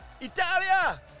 Italia